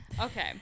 Okay